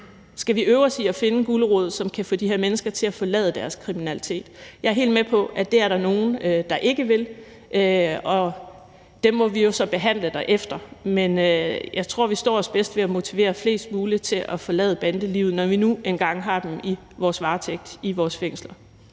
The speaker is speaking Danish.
skal vi øve os på at finde en gulerod, som kan få de her mennesker til at forlade deres kriminalitet. Jeg er helt med på, at det er der nogen der ikke vil, og dem må vi jo så behandle derefter, men jeg tror, vi står os bedst ved at motivere flest muligt til at forlade bandelivet, når vi nu engang har dem i vores varetægt i vores fængsler.